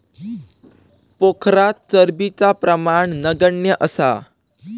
पोखरात चरबीचा प्रमाण नगण्य असा